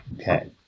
Okay